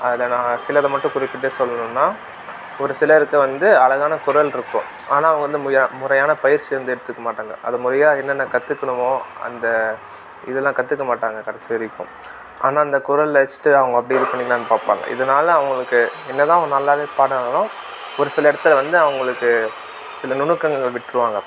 அதில் நான் சிலதை மட்டும் குறிப்பிட்டு சொல்லணுன்னால் ஒரு சிலருக்கு வந்து அழகான குரல் இருக்கும் ஆனால் அவங்க வந்து முறையாக முறையான பயிற்சி வந்து எடுத்திருக்க மாட்டாங்க அது முறையாக என்னென்ன கற்றுக்கணுமோ அந்த இதெலாம் கற்றுக்க மாட்டாங்க கடைசி வரைக்கும் ஆனால் அந்த குரலை வச்சுட்டு அவங்க அப்படியே இது பண்ணிடலான்னு பார்ப்பாங்க இதனால் அவங்களுக்கு என்னதான் அவங்க நல்லாவே பாடினாலும் ஒரு சில இடத்துல வந்து அவங்களுக்கு சில நுணுக்கங்களில் விட்டுடுவாங்க